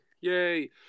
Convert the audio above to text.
Yay